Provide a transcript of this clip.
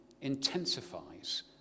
intensifies